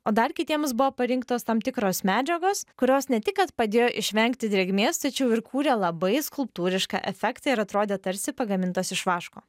o dar kitiems buvo parinktos tam tikros medžiagos kurios ne tik kad padėjo išvengti drėgmės tačiau ir kūrė labai skulptūrišką efektą ir atrodė tarsi pagamintos iš vaško